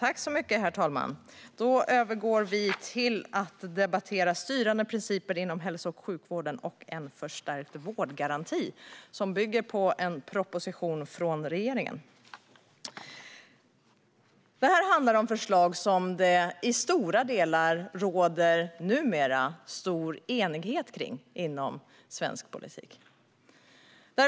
Herr talman! Nu övergår vi till att debattera SoU22 Styrande principer inom hälso och sjukvården och en förstärkt vårdgaranti , som bygger på en proposition från regeringen. Det handlar om förslag som det numera i stora delar råder stor enighet om i svensk politik.